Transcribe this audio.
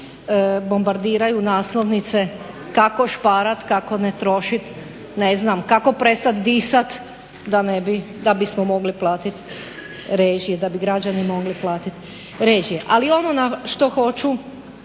kioska bombardiraju naslovnice kako šparat, kako ne trošit. Ne znam, kako prestat disat da ne bi, da bismo mogli platit režije, da bi građani mogli